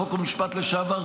חוק ומשפט לשעבר,